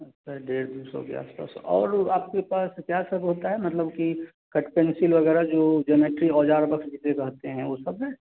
अच्छा डेढ़ दो सौ के आस पास और आपके पास क्या सब होता है मतलब कि कट पैंसील वगैरह जो जोमेट्री औज़ार बॉक्स जिसे कहते हैं वो सब है